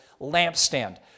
lampstand